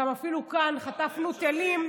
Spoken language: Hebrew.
אפילו כאן חטפנו טילים,